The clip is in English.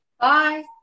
bye